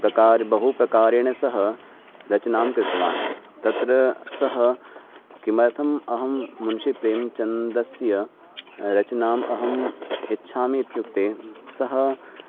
प्रकारेण बहुप्रकारेण सः रचनां कृतवान् तत्र सः किमर्थम् अहं मुन्षि प्रेम्चन्दस्य रचनाम् अहम् इच्छामि इत्युक्ते सः